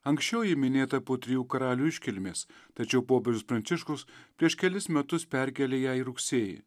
anksčiau ji minėta po trijų karalių iškilmės tačiau popiežius pranciškus prieš kelis metus perkėlė ją į rugsėjį